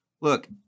Look